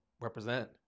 represent